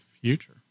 future